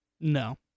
No